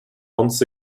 once